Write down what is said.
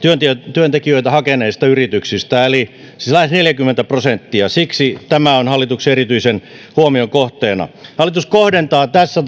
työntekijöitä hakeneista yrityksistä eli siis lähes neljäkymmentä prosenttia siksi tämä on hallituksen erityisen huomion kohteena hallitus kohdentaa tässä